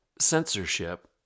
censorship